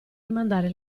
rimandare